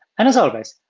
and as always,